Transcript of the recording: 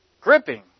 Gripping